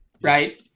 right